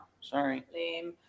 Sorry